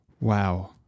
Wow